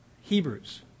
Hebrews